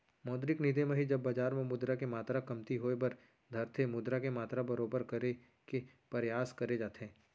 मौद्रिक नीति म ही जब बजार म मुद्रा के मातरा कमती होय बर धरथे मुद्रा के मातरा बरोबर करे के परयास करे जाथे